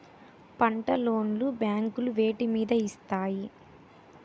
పంట లోన్ లు బ్యాంకులు వేటి మీద ఇస్తాయి?